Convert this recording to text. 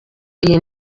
iyi